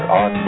on